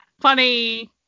Funny